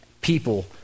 people